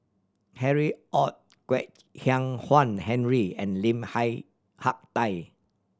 Harry Ord Kwek Hian Chuan Henry and Lim Hi Hak Tai